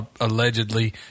allegedly